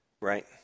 Right